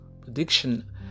prediction